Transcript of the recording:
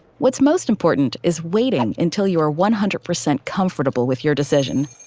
what's most important is waiting until you are one hundred percent comfortable with your decision.